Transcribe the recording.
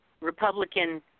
Republican